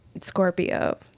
scorpio